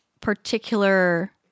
particular